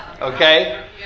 okay